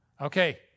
Okay